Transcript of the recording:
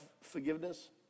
forgiveness